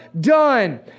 done